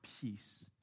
peace